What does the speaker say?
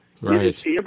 Right